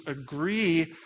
agree